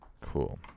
Cool